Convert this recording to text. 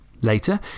Later